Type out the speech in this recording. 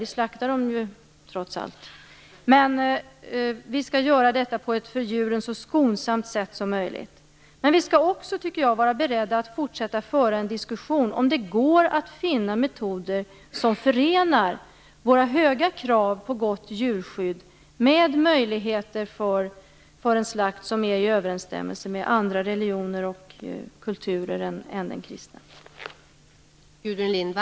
Vi slaktar dem ju trots allt, men vi skall göra detta på ett för djuren så skonsamt sätt som möjligt. Men vi skall också, tycker jag, vara beredda att fortsätta föra en diskussion om det går att finna metoder som förenar våra höga krav på gott djurskydd med möjligheter till en slakt som överensstämmer med andra religioner och kulturer än den kristna.